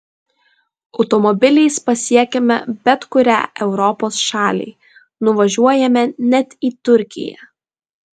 automobiliais pasiekiame bet kurią europos šalį nuvažiuojame net į turkiją